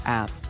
app